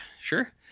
Sure